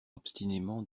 obstinément